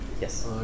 Yes